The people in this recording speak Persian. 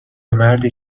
مردی